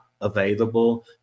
available